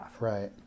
right